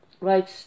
right